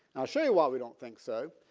i'll show you why we don't think so.